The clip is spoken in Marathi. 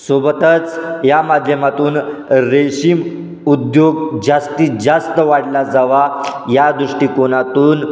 सोबतच या माध्यमातून रेशीम उद्योग जास्तीत जास्त वाढला जावा या दृष्टिकोनातून